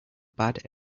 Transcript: bad